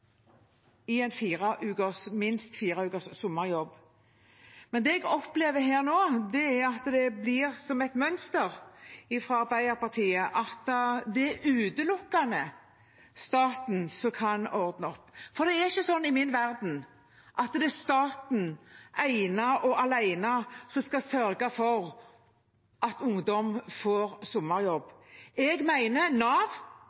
minst fire ukers sommerjobb. Men det jeg opplever her nå, er at det blir som et mønster fra Arbeiderpartiet, at det utelukkende er staten som kan ordne opp. Det er ikke sånn i min verden at det ene og alene er staten som skal sørge for at ungdom får sommerjobb. Jeg mener Nav